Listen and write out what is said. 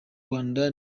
rwanda